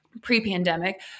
pre-pandemic